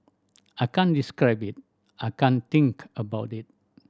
I can't describe it I can't think about it